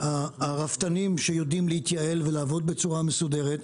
הרפתנים שיודעים להתייעל ולעבוד בצורה מסודרת,